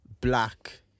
black